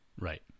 Right